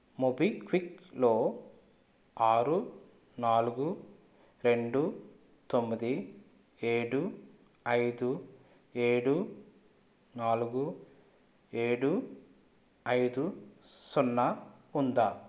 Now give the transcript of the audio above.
మోబిక్విక్లో ఆరు నాలుగు రెండు తొమ్మిది ఏడు ఐదు ఏడు నాలుగు ఏడు ఐదు సున్నా ఉందా